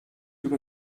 über